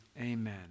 amen